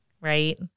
right